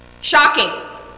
Shocking